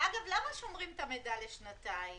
ואגב, למה שומרים את המידע לשנתיים?